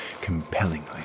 compellingly